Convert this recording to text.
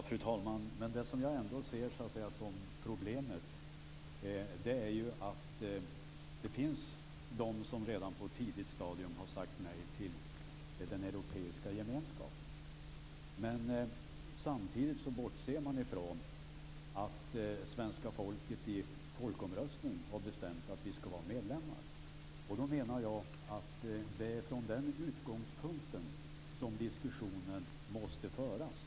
Fru talman! Det som jag ändå ser som problemet är att det finns de som redan på ett tidigt stadium har sagt nej till den europeiska gemenskapen. Samtidigt bortser man från att svenska folket i folkomröstning har bestämt att vi skall vara medlemmar. Då menar jag att det är från den utgångspunkten som diskussionen måste föras.